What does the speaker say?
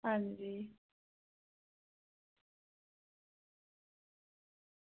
हां जी